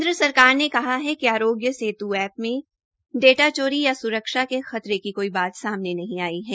केन्द्र ने कहा है कि अरोग्य सेत् एप्प में डाटा चोरी या सुरक्षा के खते की कोई बात सामने नहीं आई है